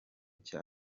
cya